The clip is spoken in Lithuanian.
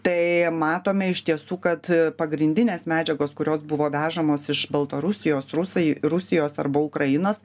tai matome iš tiesų kad pagrindinės medžiagos kurios buvo vežamos iš baltarusijos rusai rusijos arba ukrainos